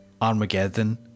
Armageddon